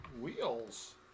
Wheels